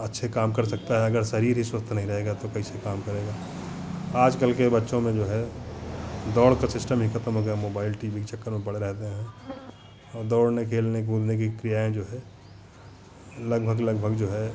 अच्छे काम कर सकता है अगर शरीर ही स्वस्थ नहीं रहेगा तो कैसे काम करेगा आजकल के बच्चों में जो है दौड़ का सिस्टम ही खत्म हो गया मोबाइल टी वी के चक्कर में पड़े रहते हैं और दौड़ने खेलने कूदने की क्रियाएँ जो हैं लगभग लगभग जो है